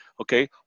Okay